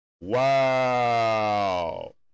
Wow